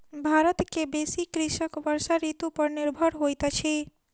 भारत के बेसी कृषक वर्षा ऋतू पर निर्भर होइत अछि